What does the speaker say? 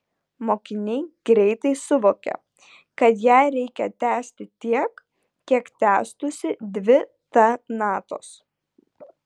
mokiniai greitai suvokia kad ją reikia tęsti tiek kiek tęstųsi dvi ta natos